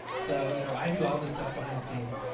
so you know i do all this stuff behind the scenes,